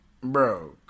bro